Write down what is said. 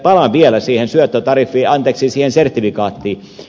palaan vielä siihen sertifikaattiin